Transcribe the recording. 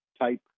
type